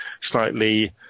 slightly